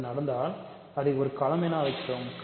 அது நடந்தால் அதை ஒரு களம் என்று அழைக்கிறோம்